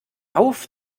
auf